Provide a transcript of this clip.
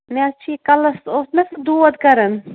مےٚ حظ چھُ یہِ کَلَس اوس مےٚ دود کَران